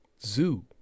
Zoo